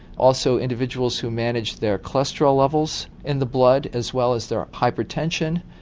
also individuals who managed their cholesterol levels in the blood as well as their hypertension,